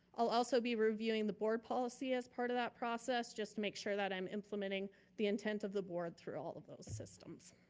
i'll also be reviewing the board policy as part of that process just to make sure that i'm implementing the intent of the board through all of those systems.